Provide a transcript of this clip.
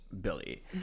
Billy